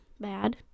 bad